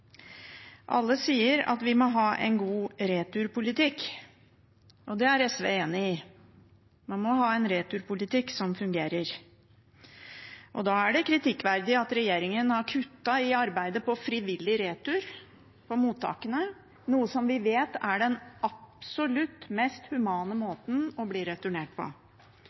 Alle sier at vi må ha en god returpolitikk. Det er SV enig i – man må ha en returpolitikk som fungerer. Da er det kritikkverdig at regjeringen har kuttet i arbeidet med frivillig retur på mottakene, noe som vi vet er den absolutt mest humane måten å bli returnert på.